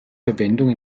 verwendung